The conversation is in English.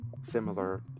similar